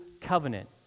covenant